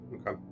okay